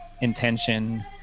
intention